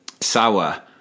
sour